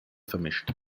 vermischt